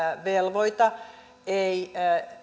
velvoita ei